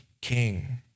king